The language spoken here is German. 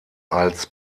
als